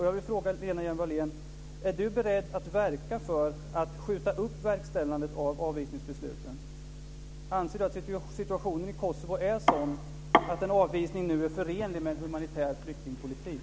Jag vill fråga Lena Hjelm-Wallén om hon är beredd att verka för att skjuta upp verkställandet av avvisningsbesluten. Anser Lena Hjelm-Wallén att situationen i Kosovo är sådan att en avvisning nu är förenlig med en humanitär flyktingpolitik?